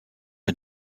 est